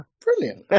Brilliant